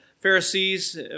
Pharisees